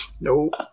Nope